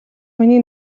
миний